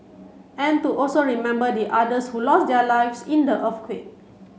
and to also remember the others who lost their lives in the earthquake